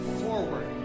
forward